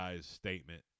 statement